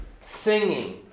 singing